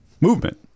movement